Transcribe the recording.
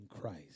Christ